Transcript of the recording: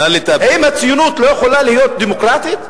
האם הציונות לא יכולה להיות דמוקרטית?